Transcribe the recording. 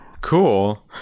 cool